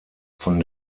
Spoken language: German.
von